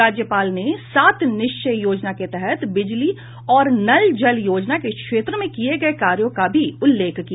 राज्यपाल ने सात निश्चय योजना के तहत बिजली और नल जल योजना के क्षेत्र में किये गये कार्यों का भी उल्लेख किया